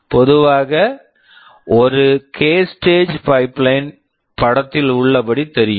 பொதுவாக ஒரு K k stage stage pipeline pipeline படத்தில் உள்ளபடி தெரியும்